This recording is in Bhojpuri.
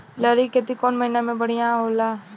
लहरी के खेती कौन महीना में बढ़िया होला?